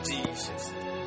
Jesus